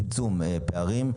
בוודאי שגרמנו גם לצמצום פערים.